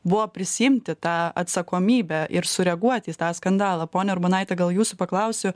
buvo prisiimti tą atsakomybę ir sureaguoti į tą skandalą ponia urbonaite gal jūsų paklausiu